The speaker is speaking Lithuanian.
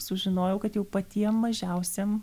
sužinojau kad jau patiem mažiausiem